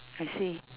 I see